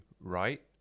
right